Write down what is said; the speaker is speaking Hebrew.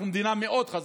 אנחנו מדינה מאוד חזקה.